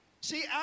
See